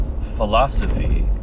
philosophy